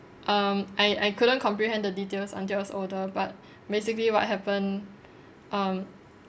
um I I couldn't comprehend the details until I was older but basically what happened um